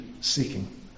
seeking